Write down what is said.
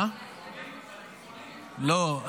לא,